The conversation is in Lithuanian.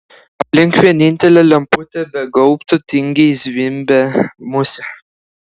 aplink vienintelę lemputę be gaubto tingiai zvimbė musė